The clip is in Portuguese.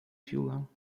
violão